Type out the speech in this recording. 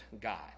God